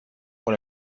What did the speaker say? pour